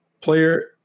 player